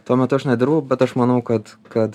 tuo metu aš nedirbau bet aš manau kad kad